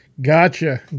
Gotcha